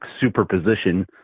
superposition